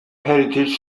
heritage